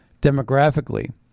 demographically